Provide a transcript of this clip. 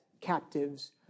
captives